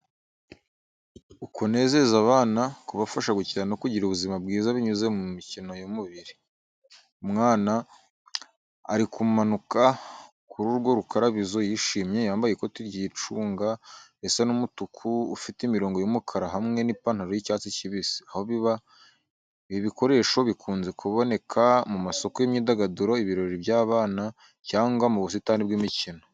Ukunezeza abana, kubafasha gukina no kugira ubuzima bwiza binyuze mu mikino y’umubiri. Umwana: Ari kumanuka kuri urwo rukarabizo yishimye, yambaye ikoti ry’icunga risa n’umutuku ufite imirongo yumukara hamwe n’ipantaro y’icyatsi kibisi. Aho biba: Ibi bikoresho bikunze kuboneka mu masoko y’imyidagaduro, ibirori by’abana, cyangwa mu busitani bw’imikino.